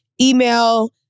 email